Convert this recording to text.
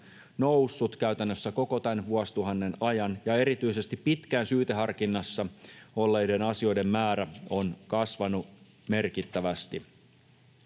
noussut käytännössä koko tämän vuosituhannen ajan, ja erityisesti pitkään syyteharkinnassa olleiden asioiden määrä on kasvanut merkittävästi.